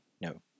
no